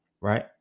right